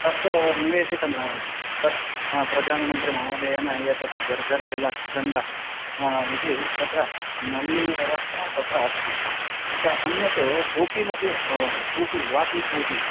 तत् निवेशितं तत् प्रधानमन्त्रीमहोदयेन एतत् घर् घर् जलं गङ्गा इति तत्र नलिकाव्यवस्था तत्र अस्ति अतः अन्यत् कूपीमपि कूपी वापि कूपी